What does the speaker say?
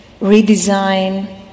redesign